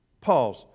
Pause